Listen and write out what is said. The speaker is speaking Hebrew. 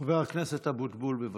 חבר הכנסת אבוטבול, בבקשה.